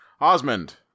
Osmond